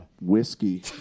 Whiskey